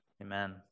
Amen